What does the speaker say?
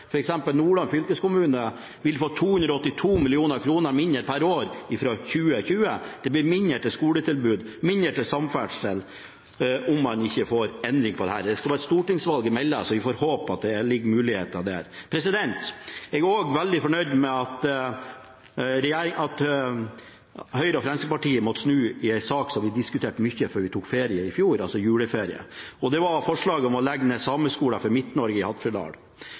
Nordland fylkeskommune vil få 282 mill. kr mindre per år fra 2020. Det blir mindre til skoletilbud og mindre til samferdsel om man ikke får en endring på dette. Det skal være et stortingsvalg imellom, så vi får håpe at det ligger muligheter der. Jeg er også veldig fornøyd med at Høyre og Fremskrittspartiet måtte snu i en sak som vi diskuterte mye før vi tok juleferie i fjor, nemlig forslaget om å legge ned Sameskolen for Midt-Norge i